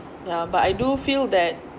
yeah but I do feel that